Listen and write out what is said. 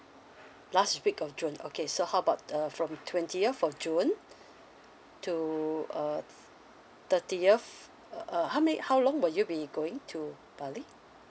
last week of june okay so how about uh from twentieth of june to uh thirtieth uh how many how long will you be going to bali